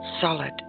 solid